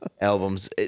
albums